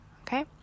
okay